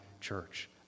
church